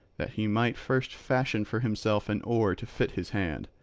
that he might first fashion for himself an oar to fit his hand.